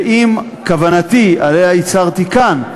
ועם כוונתי, שעליה הצהרתי כאן,